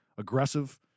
aggressive